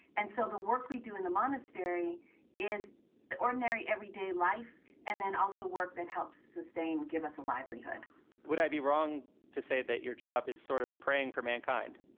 and so the work we do in the monastery is the ordinary, everyday life. and then also work that helps sustain. give us a livelihood would i be wrong to say that your job is sort of praying for mankind?